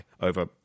over